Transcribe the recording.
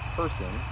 person